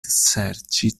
serĉi